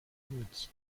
woods